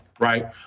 Right